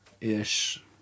ish